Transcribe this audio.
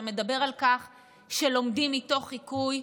שמדבר על כך שלומדים מתוך חיקוי,